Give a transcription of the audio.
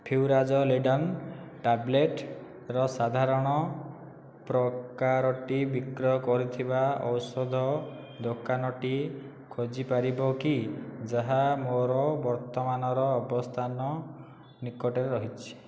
furazolidone ଟ୍ୟାବ୍ଲେଟ୍ର ସାଧାରଣ ପ୍ରକାରଟି ବିକ୍ରୟ କରୁଥିବା ଔଷଧ ଦୋକାନଟି ଖୋଜିପାରିବ କି ଯାହା ମୋର ବର୍ତ୍ତମାନର ଅବସ୍ଥାନ ନିକଟରେ ରହିଛି